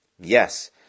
Yes